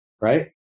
Right